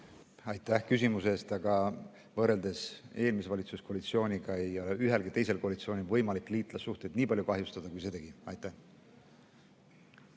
Aitäh küsimuse eest! Aga ütlen, et võrreldes eelmise valitsuskoalitsiooniga ei ole ühelgi teisel koalitsioonil võimalik liitlassuhteid nii palju kahjustada, kui see